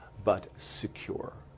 but secure.